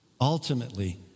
ultimately